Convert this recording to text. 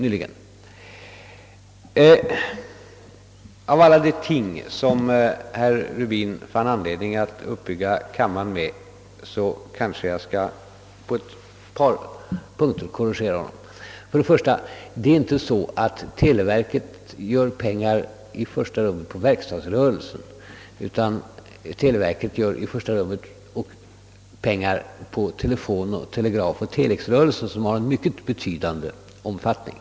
Bland allt det som herr Rubin fann anledning att uppbygga kammaren med skall jag på ett par punkter korrigera honom. Det är inte så att televerket gör pengar i första rummet på verkstadsrörelsen, utan televerket gör i första rummet pengar på telefon-, telegrafoch telexrörelsen, som har mycket betydande omfattning.